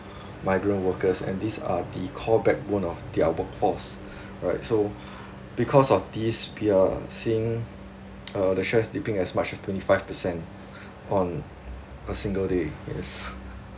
migrant workers and these are the core backbone of their workforce right so because of this period seeing uh the shares slipping as much as twenty five percent on a single day yes